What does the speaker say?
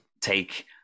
take